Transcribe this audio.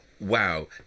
Wow